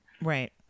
right